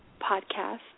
podcast